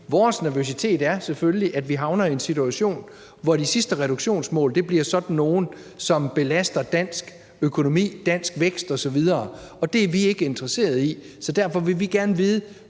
Vores nervøsitet er selvfølgelig, at vi havner i en situation, hvor de sidste reduktionsmål bliver nogle, der belaster dansk økonomi, dansk vækst osv., og det er vi ikke interesseret i. Derfor vil vi gerne vide: